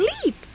sleep